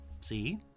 See